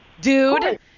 dude